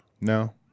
No